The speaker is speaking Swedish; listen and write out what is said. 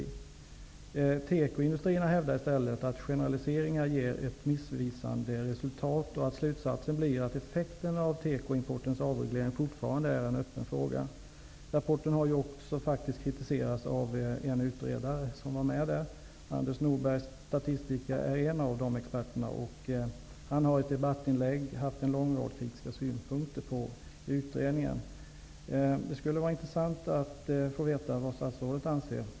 Från tekoindustrin hävdar man i stället att generaliseringar ger ett missvisande resultat och att slutsatsen blir att effekterna av tekoimportens avreglering fortfarande är en öppen fråga. Rapporten har faktiskt också kritiserats av en av utredarna. Statistikern Anders Norberg är en av experterna, och han har i ett debattinlägg fört fram en lång rad kritiska synpunkter på utredningen. Det skulle vara intressant att få veta vad statsrådet anser.